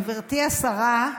גברתי השרה,